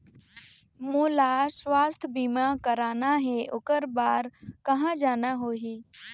मोला स्वास्थ बीमा कराना हे ओकर बार कहा जाना होही?